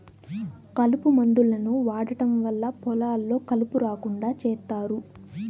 కలుపు మందులను వాడటం వల్ల పొలాల్లో కలుపు రాకుండా చేత్తారు